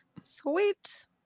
Sweet